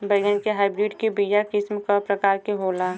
बैगन के हाइब्रिड के बीया किस्म क प्रकार के होला?